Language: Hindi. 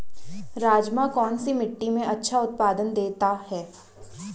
राजमा कौन सी मिट्टी में अच्छा उत्पादन देता है?